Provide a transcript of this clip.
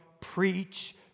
Preach